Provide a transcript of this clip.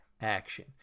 action